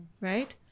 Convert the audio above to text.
right